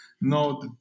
No